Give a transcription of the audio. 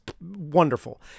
wonderful